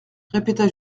répéta